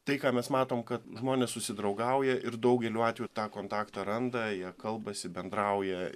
tai ką mes matom kad žmonės susidraugauja ir daugeliu atvejų tą kontaktą randa jie kalbasi bendrauja